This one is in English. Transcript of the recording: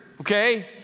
okay